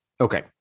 Okay